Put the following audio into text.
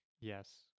yes